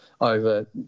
over